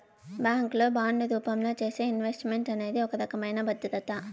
bank లో bond రూపంలో చేసే ఇన్వెస్ట్ మెంట్ అనేది ఒక రకమైన భద్రత